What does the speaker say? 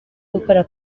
gukora